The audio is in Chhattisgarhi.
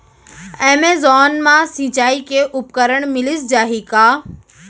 एमेजॉन मा सिंचाई के उपकरण मिलिस जाही का?